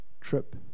trip